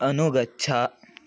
अनुगच्छ